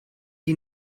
die